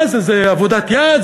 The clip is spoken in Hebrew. מה זה, זה עבודת יד?